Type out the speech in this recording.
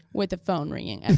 with the phone ringing and